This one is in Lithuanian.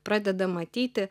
pradeda matyti